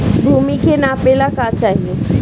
भूमि के नापेला का चाही?